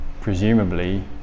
presumably